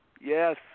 Yes